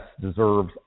deserves